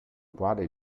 quale